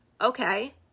Okay